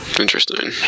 Interesting